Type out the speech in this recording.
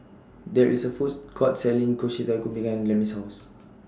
There IS A Foods Court Selling Kushikatsu behind Lemmie's House